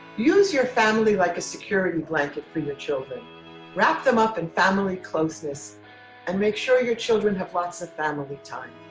use your family like a security blanket for your children wrap them up and family closeness closeness and make sure your children have lots of family time.